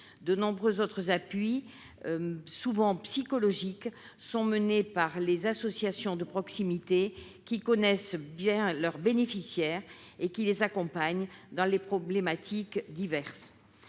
De nombreux autres appuis, souvent psychologiques, sont accordés par les associations de proximité, qui connaissent bien leurs bénéficiaires et les accompagnent dans leurs différentes